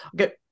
Okay